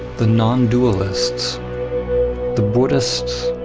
the non-dualists the buddhists